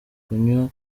kunywa